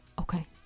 Okay